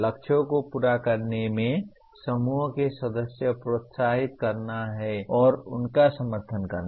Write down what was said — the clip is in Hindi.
लक्ष्यों को पूरा करने में समूह के सदस्यों को प्रोत्साहित करना और उनका समर्थन करना